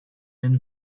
been